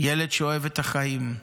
ילד שאוהב את החיים,